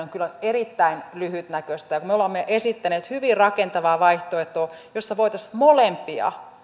on kyllä erittäin lyhytnäköistä me olemme esittäneet hyvin rakentavaa vaihtoehtoa jossa voitaisiin molempia